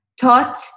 taught